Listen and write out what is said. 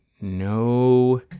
No